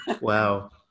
Wow